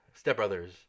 Stepbrothers